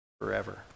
Forever